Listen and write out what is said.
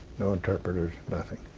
no interpreters. nothing.